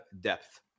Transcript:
depth